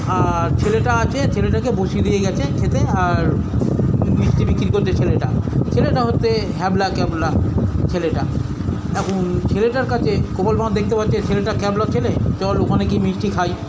আর ছেলেটা আছে ছেলেটাকে বসিয়ে দিয়ে গেছে খেতে আর মি মিষ্টি বিক্রি করছে ছেলেটা ছেলেটা হচ্ছে হ্যাবলা ক্যাবলা ছেলেটা এখন ছেলেটার কাছে গোপাল ভাঁড় দেখতে পাচ্ছে ছেলেটা ক্যাবলা ছেলে চল ওখানে গিয়ে মিষ্টি খাই